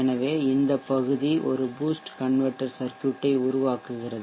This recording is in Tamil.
எனவே இந்த பகுதி ஒரு பூஸ்ட் கன்வெர்ட்டெர் சர்க்யூட்டை உருவாக்குகிறது